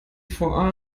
for